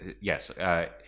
yes